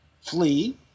flee